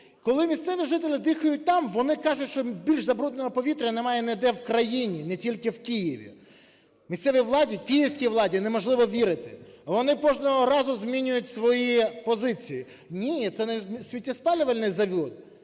Коли місцеві жителі дихають там, вони кажуть, що більш забрудненого повітря немає ніде в країні, не тільки в Києві. Місцевій владі, київській владі неможливо вірити, вони кожного разу змінюють свої позиції: ні, це не сміттєспалювальний завод,